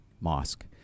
mosque